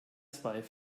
zwei